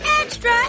Extra